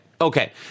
Okay